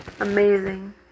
Amazing